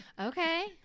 okay